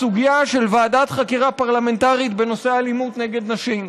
הסוגיה של ועדת חקירה פרלמנטרית בנושא אלימות נגד נשים.